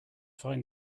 find